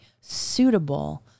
suitable